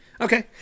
Okay